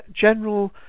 general